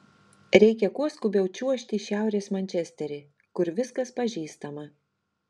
reikia kuo skubiau čiuožti į šiaurės mančesterį kur viskas pažįstama